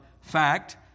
fact